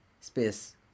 space